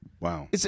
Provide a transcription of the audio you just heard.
Wow